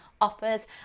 offers